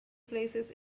places